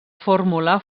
fórmula